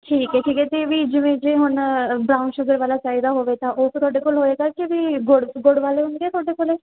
ਠੀਕ ਹੈ ਠੀਕ ਹੈ ਅਤੇ ਵੀ ਜਿਵੇਂ ਜੇ ਹੁਣ ਬਰਾਉਨ ਸ਼ੂਗਰ ਵਾਲਾ ਚਾਹੀਦਾ ਹੋਵੇ ਤਾਂ ਉਹ ਤੁਹਾਡੇ ਕੋਲ ਹੋਏਗਾ ਕਿ ਵੀ ਗੁੜ ਗੁੜ ਵਾਲੇ ਹੋਣਗੇ ਤੁਹਾਡੇ ਕੋਲ